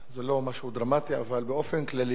זה לא משהו דרמטי אבל באופן כללי,